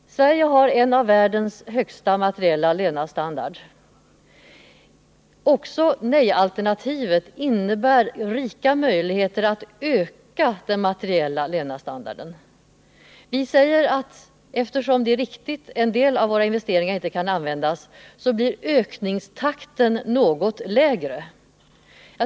Sverige hör till de länder som har världens högsta materiella levnadsstandard. Också nej-alternativet innebär rika möjligheter att öka denna. Vi säger att eftersom en del av våra investeringar inte kan användas blir ökningstakten något lägre.